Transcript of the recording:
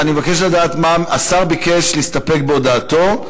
השר ביקש להסתפק בהודעתו.